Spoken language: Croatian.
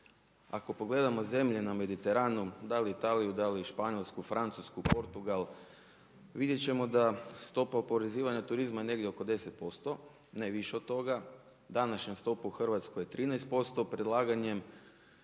Ako pogledate zemlje na Mediteran dal Italiju, dal Španjolsku, Francusku, Portugal vidjet ćemo da stopa oporezivanja turizma negdje oko 10% ne više od toga, današnja stopa u Hrvatskoj je 13%. Predlaganjem